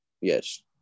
yes